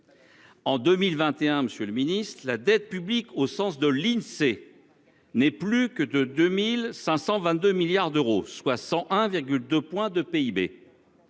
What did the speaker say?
Ministre, la dette publique au sens de l'Insee. N'est plus que de 2522 milliards d'euros, soit 101,2 point de PIB.